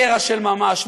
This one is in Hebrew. קרע של ממש.